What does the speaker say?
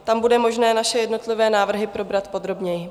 Tam bude možné naše jednotlivé návrhy probrat podrobněji.